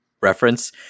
reference